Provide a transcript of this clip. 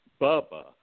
Bubba